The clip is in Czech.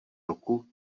ruku